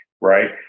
right